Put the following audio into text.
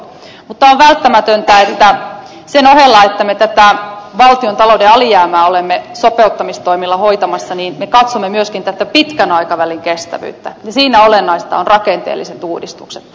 mutta on välttämätöntä että sen ohella että me tätä valtiontalouden alijäämää olemme sopeuttamistoimilla hoitamassa me katsomme myöskin pitkän aikavälin kestävyyttä ja siinä olennaista on rakenteelliset uudistukset